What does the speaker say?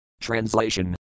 Translation